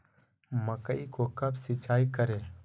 मकई को कब सिंचाई करे?